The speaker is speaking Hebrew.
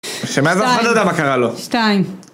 שמאז אף אחד לא יודע מה קרה לו. שתיים.